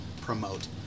promote